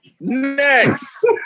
Next